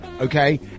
Okay